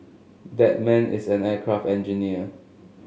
that man is an aircraft engineer